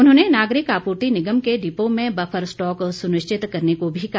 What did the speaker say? उन्होंने नागरिक आपूर्ति निगम के डिपो में बफर स्टॉक सुनिश्चित करने को भी कहा